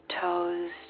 toes